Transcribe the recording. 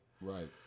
right